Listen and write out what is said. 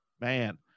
Man